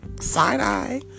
Side-eye